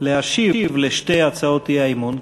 להשיב על שתי הצעות האי-אמון.